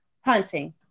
hunting